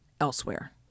elsewhere